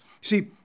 See